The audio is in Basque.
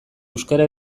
euskara